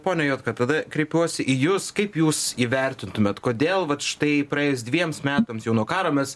pone juodka tada kreipiuosi į jus kaip jūs įvertintumėt kodėl vat štai dvejiems metams jau nuo karo mes